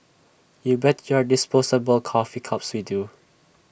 you bet your disposable coffee cups we do